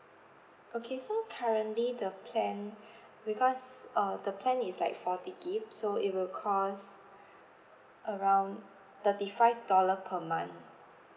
okay so currently the plan because uh the plan is like forty gig so it will cost around thirty five dollar per month